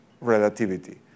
relativity